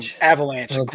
avalanche